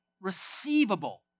receivable